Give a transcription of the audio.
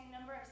number